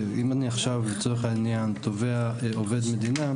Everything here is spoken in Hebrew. אם אני עכשיו לצורך העניין תובע עובד מדינה,